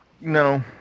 No